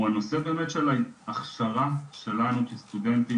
הוא הנושא באמת של ההכשרה שלנו כסטודנטים